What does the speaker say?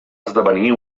esdevenir